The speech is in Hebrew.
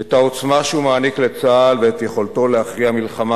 את העוצמה שהוא מעניק לצה"ל ואת יכולתו להכריע מלחמה,